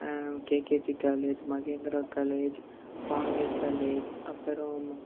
KKG college Mahendra college Paavai college அப்புறம்